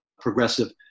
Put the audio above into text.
progressive